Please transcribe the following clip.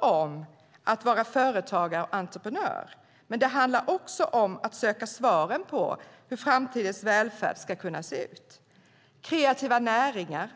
om att vara företagare och entreprenör. Men det handlar också om att söka svaren på hur framtidens välfärd ska kunna se ut. Vi talar om kreativa näringar.